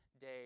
day